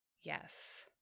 Yes